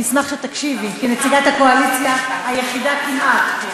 אני אשמח שתקשיבי כנציגת הקואליציה היחידה כמעט.